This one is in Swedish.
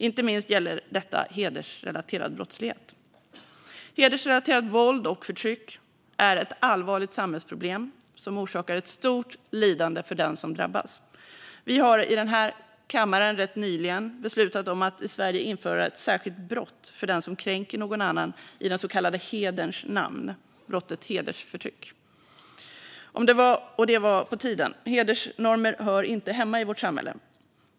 Inte minst gäller detta hedersrelaterad brottslighet. Hedersrelaterat våld och förtryck är ett allvarligt samhällsproblem som orsakar ett stort lidande för den som drabbas. Vi har i den här kammaren rätt nyligen beslutat om att i Sverige införa ett särskilt brott för den som kränker någon annan i den så kallade hederns namn - brottet hedersförtryck. Och det var på tiden. Hedersnormer hör inte hemma i vårt samhälle.